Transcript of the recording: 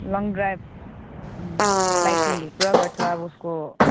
long drive बाइकिङहरू पुरा गर्छ अब उसको